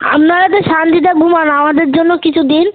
আমনারা তো শান্তিতে ঘুমান আমাদের জন্য কিছু দিন